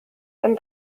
and